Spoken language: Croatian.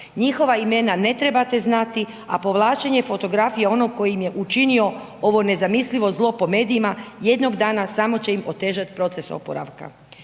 Njihova imena ne trebate znati a povlačenje fotografija onog koji im je učinio ovo nezamislivo zlo po medijima jednog dana samo će im otežati proces oporavka.